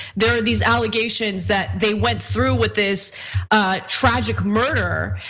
there are these allegations that they went through with this tragic murder,